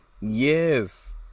Yes